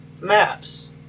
maps